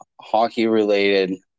hockey-related